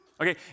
Okay